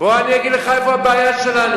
בוא אני אגיד לך איפה הבעיה שלנו.